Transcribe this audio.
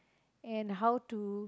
and how to